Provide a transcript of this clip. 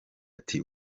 ati